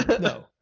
No